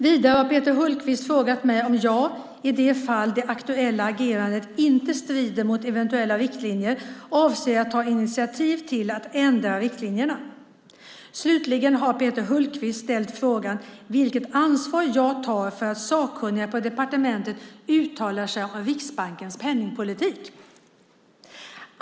Vidare har Peter Hultqvist frågat mig om jag, i det fall det aktuella agerandet inte strider mot eventuella riktlinjer, avser att ta initiativ till att ändra riktlinjerna. Slutligen har Peter Hultqvist ställt frågan vilket ansvar jag tar för att sakkunniga på departementet uttalar sig om Riksbankens penningpolitik.